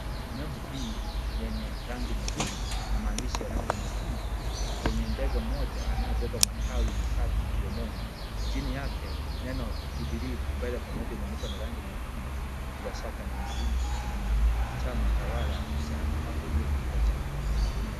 Nembo hii lenye rangi nyeusi na maandishi ya rangi nyekundu yenye ndege mmoja anaye beba matawi matatu mdomoni, jini yake neno "Jubilee mbele pamoja" limeandikwa na rangi nyekundu ,bila shaka nembo hii ni ya chama tawala cha mwaka uliopita cha Jubilee.